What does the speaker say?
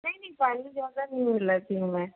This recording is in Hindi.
नहीं नहीं पानी ज़्यादा नहीं मिलना चाहिए हमें